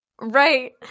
Right